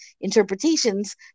interpretations